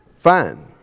Fine